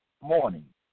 morning